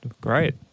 Great